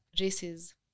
races